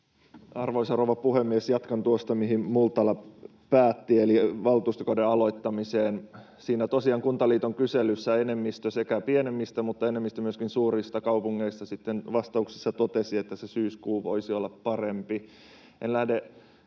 Arvoisa rouva puhemies! Jatkan tuosta, mihin Multala päätti, eli valtuustokauden aloittamisesta. Siinä Kuntaliiton kyselyssä tosiaan sekä enemmistö pienemmistä että myöskin enemmistö suurista kaupungeista sitten vastauksessaan totesivat, että se syyskuu voisi olla parempi.